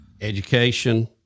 Education